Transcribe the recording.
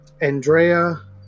Andrea